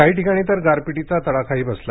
काही ठिकाणी तर गारपिटीचा तडाखाही बसला